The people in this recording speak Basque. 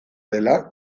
dela